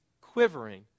quivering